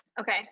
Okay